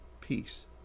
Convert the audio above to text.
peace